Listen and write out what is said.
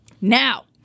Now